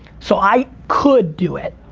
so i could do it,